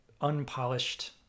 unpolished